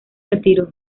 retiró